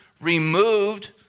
removed